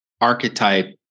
archetype